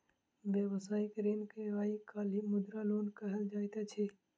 व्यवसायिक ऋण के आइ काल्हि मुद्रा लोन कहल जाइत अछि